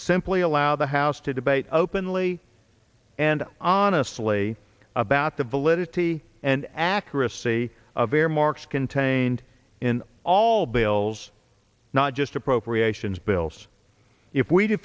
simply allow the house to debate openly and honestly about the validity and accuracy of earmarks contained in all bills not just appropriations bills if we d